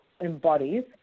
embodies